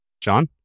john